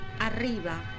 arriba